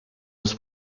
los